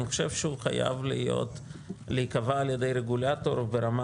אני חושב שהוא חייב להיקבע על ידי רגולטור ברמה